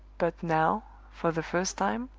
but now, for the first time,